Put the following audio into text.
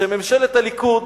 שממשלת הליכוד,